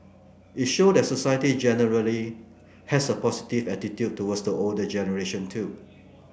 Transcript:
it showed that society generally has a positive attitude towards the older generation too